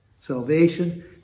salvation